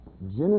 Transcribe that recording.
Genesis